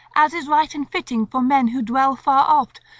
as is right and fitting for men who dwell far oft,